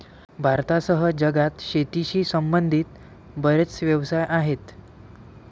भारतासह जगात शेतीशी संबंधित बरेच व्यवसाय आहेत